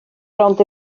rownd